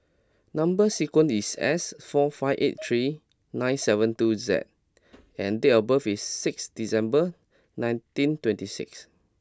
number sequence is S four five eight three nine seven two Z and date of birth is six December nineteen twenty six